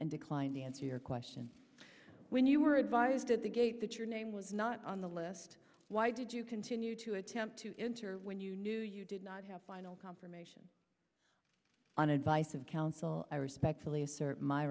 and declined to answer your question when you were advised at the gate that your name was not on the list why did you continue to attempt to enter when you knew you did not have final confirmation on advice of counsel i respectfully assert my